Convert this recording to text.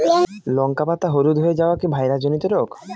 লঙ্কা পাতা হলুদ হয়ে যাওয়া কি ভাইরাস জনিত রোগ?